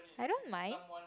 I don't mind